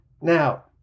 Now